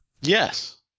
Yes